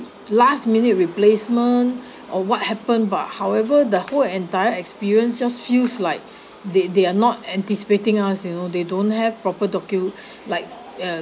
last minute replacement or what happened but however the whole entire experience just feels like they they are not anticipating us you know they don't have proper docu like uh